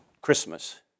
Christmas